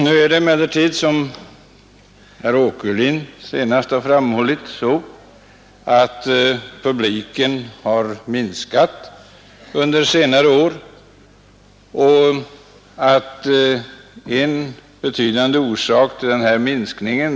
Som herr Åkerlind framhöll har emellertid denna publik minskat under senare år, och TV utgör en betydande orsak till denna minskning.